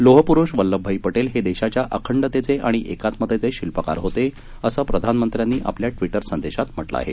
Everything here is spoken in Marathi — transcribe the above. लोहपुरुष वल्लभभाई पटेल हे देशाच्या अखंडतेचे आणि एकात्मतेचे शिल्पकार होते असं प्रधानमंत्र्यानी आपल्या ट्विटर संदेशात म्हटलं आहे